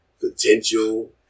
potential